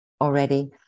already